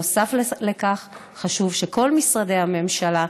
נוסף על כך חשוב שכל משרדי הממשלה,